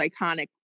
iconic